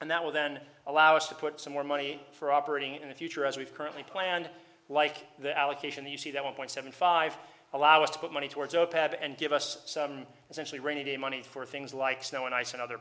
and that will then allow us to put some more money for operating in the future as we've currently planned like the allocation the you see that one point seven five allow us to put money towards zero pad and give us some essentially rainy day money for things like snow and ice and other